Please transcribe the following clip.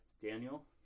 Daniel